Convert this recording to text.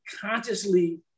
consciously